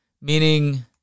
Meaning